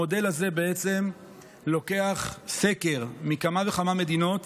המודל הזה לוקח סקר מכמה וכמה מדינות,